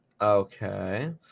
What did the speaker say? Okay